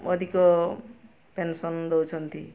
ଅଧିକ ପେନସନ୍ ଦଉଛନ୍ତି